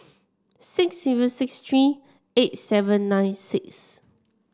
six zero six three eight seven nine six